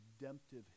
redemptive